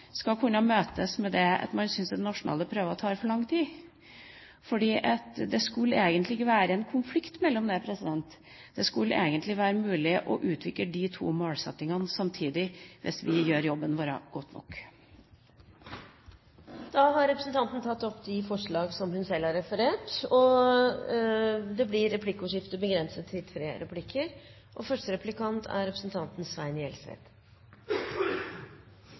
møtes med det at man syns nasjonale prøver tar for lang tid. Det skulle egentlig ikke være en konflikt her. Det skulle egentlig være mulig å utvikle de to målsettingene samtidig, hvis vi gjør jobben vår godt nok. Representanten Trine Skei Grande har tatt opp de forslagene som hun refererte til. Det blir replikkordskifte. Spørsmålet om læraren sin tidsbruk er for viktig til